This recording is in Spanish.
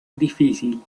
difícil